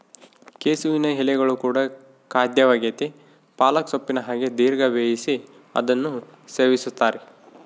ಕೆಸುವಿನ ಎಲೆಗಳು ಕೂಡ ಖಾದ್ಯವಾಗೆತೇ ಪಾಲಕ್ ಸೊಪ್ಪಿನ ಹಾಗೆ ದೀರ್ಘ ಬೇಯಿಸಿ ಅದನ್ನು ಸವಿಯುತ್ತಾರೆ